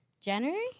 January